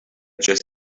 just